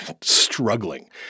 struggling